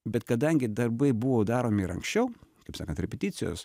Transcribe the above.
bet kadangi darbai buvo daromi ir anksčiau kaip sakant repeticijos